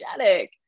energetic